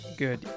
Good